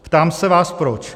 Ptám se vás proč.